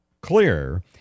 clear